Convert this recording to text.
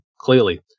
clearly